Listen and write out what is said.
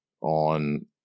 on